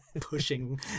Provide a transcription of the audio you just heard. pushing